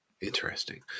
Interesting